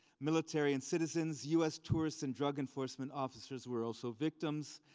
military, and citizens, us tourist and drug enforcement officers were also victims.